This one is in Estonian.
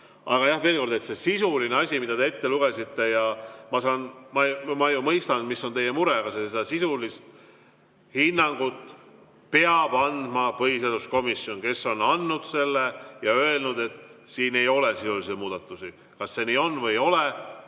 Aga jah, veel kord, see sisuline asi, mis te ette lugesite – ja ma saan aru ja mõistan, mis on teie mure –, aga selle sisulise hinnangu peab andma põhiseaduskomisjon, kes on selle andnud ja öelnud, et siin ei ole sisulisi muudatusi. Kas see nii on või ei ole,